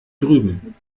drüben